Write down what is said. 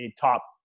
top